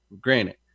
Granted